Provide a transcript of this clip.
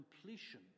completion